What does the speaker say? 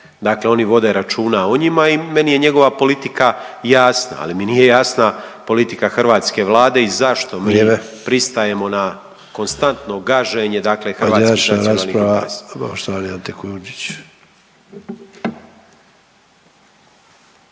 dakle, oni vode računa o njima i meni je njegova politika jasna. Ali mi nije jasna politika hrvatske Vlade i zašto mi pristajemo na konstantno gaženje dakle hrvatskih nacionalnih